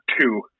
two